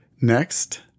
Next